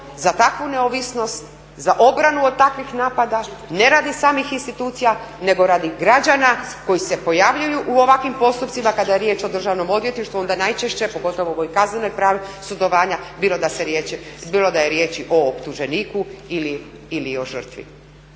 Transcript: za takvu neovisnost, za obranu od takvih napada, ne radi samih institucija, nego radi građana koji se pojavljuju u ovakvim postupcima kada je riječ o Državnom odvjetništvu onda najčešće, pogotovo u ovoj kaznenoj …/Govornica se ne razumije./… sudovanja bilo da je riječi o optuženiku ili o žrtvi.